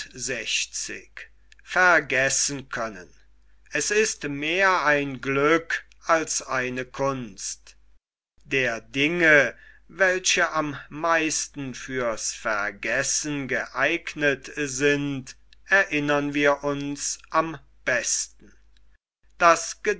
es ist mehr ein glück als eine kunst der dinge welche am meisten für's vergessen geeignet sind erinnern wir uns am besten